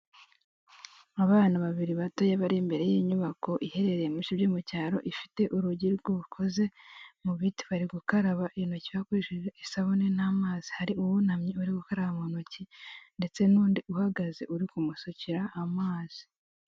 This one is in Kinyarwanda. Abana babiri batoya bari imbere y'inyubako iherereye mubice byo mu cyaro ifite urugi rukoze mu biti, bari gukaraba intoki hakoresheje isabune n'amazi, hari uwunamye uri gukaraba mu intoki ndetse n'undi uhagaze uri kumusukera amazi.